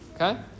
okay